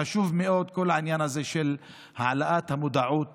חשוב מאוד כל העניין הזה של העלאת המודעות